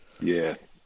Yes